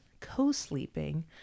co-sleeping